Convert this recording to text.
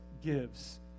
gives